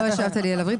לא ישבת לי על הווריד,